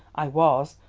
i was.